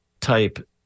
type